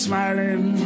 Smiling